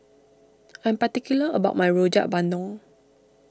I am particular about my Rojak Bandung